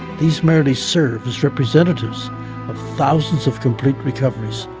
these merely serve as representatives of thousands of complete recoveries,